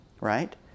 right